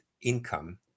income